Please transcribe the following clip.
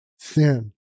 thin